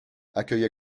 accueille